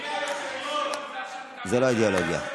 זה לא קשור לאידיאולוגיה.